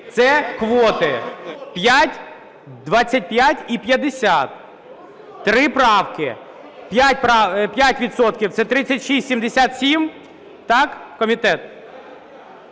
це квоти – 5, 25 і 50, три правки. 5 відсотків – це 3677. Так, комітет?